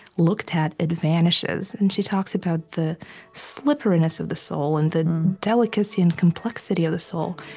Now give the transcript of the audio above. looked at, it vanishes. and she talks about the slipperiness of the soul and the delicacy and complexity of the soul.